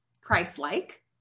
Christ-like